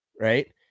right